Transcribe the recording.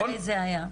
מתי זה היה?